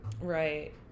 Right